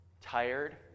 tired